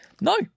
No